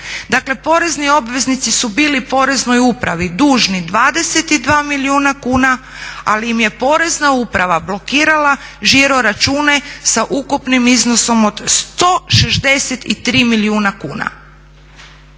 porezni obveznici su bili poreznoj upravi dužni 22 milijuna kuna ali im je porezna uprava blokirala žiro račune sa ukupnim iznosom od 163 milijuna kuna.